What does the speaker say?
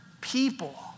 people